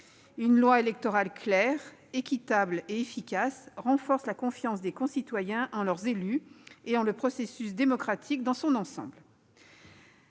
Une loi électorale claire, équitable et efficace renforce la confiance des citoyens envers leurs élus et le processus démocratique dans son ensemble.